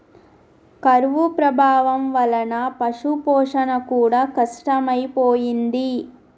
కరువు ప్రభావం వలన పశుపోషణ కూడా కష్టమైపోయింది